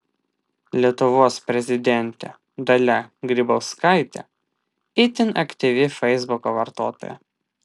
lietuvos prezidentė dalia grybauskaitė itin aktyvi feisbuko vartotoja